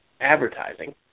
advertising